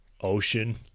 ocean